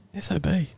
SOB